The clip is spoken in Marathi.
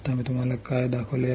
आता मी तुला काय दाखवले आहे